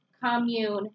commune